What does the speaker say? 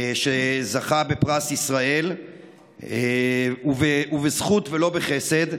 שזכה בפרס ישראל בזכות ולא בחסד.